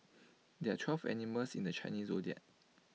there are twelve animals in the Chinese Zodiac